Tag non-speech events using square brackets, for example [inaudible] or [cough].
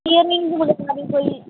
[unintelligible] कोई